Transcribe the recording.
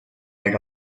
let